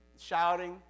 shouting